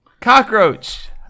cockroach